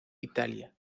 italia